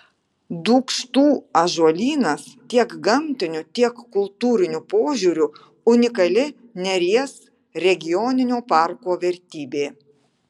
dūkštų ąžuolynas tiek gamtiniu tiek kultūriniu požiūriu unikali neries regioninio parko vertybė